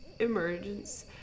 emergence